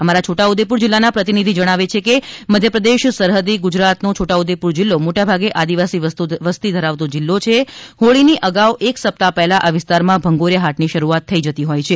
અમારા છોટા ઉદેપુર જિલ્લાના પ્રતિનિધિ જણાવે છે કે મધ્યપ્રદેશ સરહદી ગુજરાત નો છોટાઉદેપુર જિલ્લો મોટા ભાગે આદિવાસી વસ્તી ધરાવતો જિલ્લો છે હોળી ની અગાઉ એક સપ્તાહ પહેલા આ વિસ્તારમાં ભંગોરીયા હાટ ની શરૂઆત થઈ જતી હોય છે